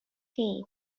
chi